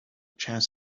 chance